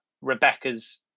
rebecca's